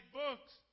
books